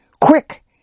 Quick